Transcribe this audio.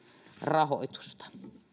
rahoitusta